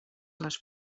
les